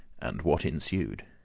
and what ensued